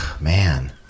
Man